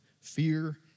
fear